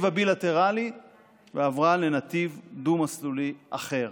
הבילטרלי ועברה לנתיב דו-מסלולי אחר: